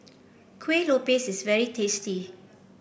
Kueh Lopes is very tasty